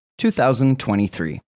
2023